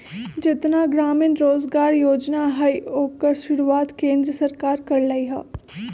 जेतना ग्रामीण रोजगार योजना हई ओकर शुरुआत केंद्र सरकार कर लई ह